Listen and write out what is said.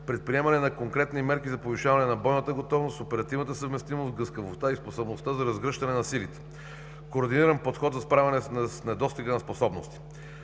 предприемане на конкретни мерки за повишаване на бойната готовност, оперативната съвместимост, гъвкавостта и способността за разгръщане на силите, координиран подход за справяне с недостига на способности.